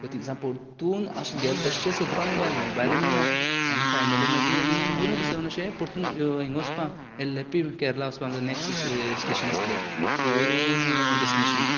so थिंगसान परतून अशे गेले तश्शे सोदपाक मोबायल मोबायल मेळना आनी फायनली मागीर आमी मुडाक बसोन अशे पोरतून हिंग वसपाक येल्लेपी केरेला वसपाक नॅक्स्ट स्टेशन आसलें सो डेस्टिनेशन